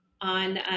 on